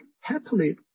happily